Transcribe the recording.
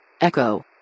Echo